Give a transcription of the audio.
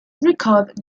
record